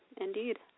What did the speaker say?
indeed